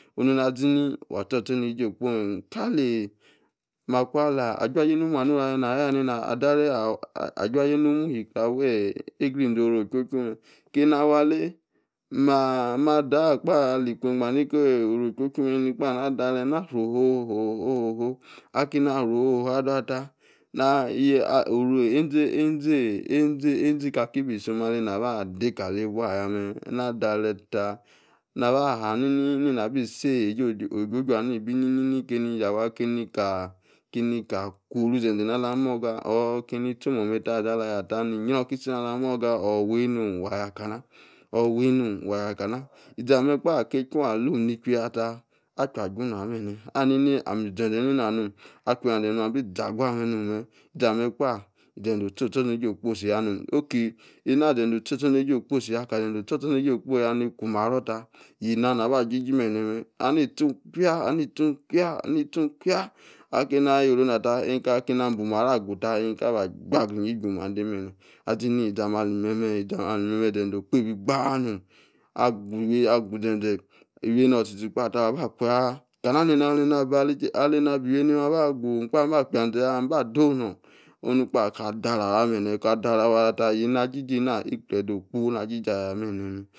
onona,-azine, wa astor astornejie okposi kali, makwa, ali ajua. ajie nonu-mu, amoru aleni ayor ya, ajua-jie nomu, ishi-kreh, awi-nsi oru, odu-chu, mem keni, awa aley maa, dah kpa, ali kwo egba, ni-ke-ora, ochu-chu, eni, kpa, na, darer, na fruu, wo-wo-wo akeni afruu, wo. wo-wo, adua, ta, ei-zi, ikaki, bi-isom akway akeni oma, aba, ade kali, ibua, ya na, darat tar, na-ba hani-ni, nena abi, isi ijie, ojuju, ama ibi, ni-ni keni yawa akeni ka kwo-osu zeze, na morga or keni omem, iza ala-aya ta, ni-yrio kie-tie, orr, wey-nom wa, yakana iza mem kpa aki, ejua, alom ni-chuya ta, ache-aju-na, bene, ahani-ni amem, ze-zee, nena nom, aku, na-ze nor, abi, za-agua-nomem iza mem kpa, ize-ze ostor, ostornejie okposi ya nom, okey ena, ze-ze ostor ostornejie okposi-ya kali, izi, otor, ostornejie ya-ni kumaro, ta, yie-nna, na ba oji-ji, bene mem, ana, itiun, cha, ana ituin, cha, ana, ituin cha, akemi ayo-orona ta keni abuo-maro, agu ta enta, ba, jua-agriya iju-mande, azi-ni, iza mem ali mem, ize-ze okpebi gba, nom, agu-ize-ze, iwi-error tie-kpa chua-kana, mkpa, mba akwa, seya mba, dowor nor, onu-kpa, ta dare awa, bene ka daret awayata, yie-ye na, ajiji ena ikplede okpoh, na jiji aya, bene men.